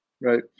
right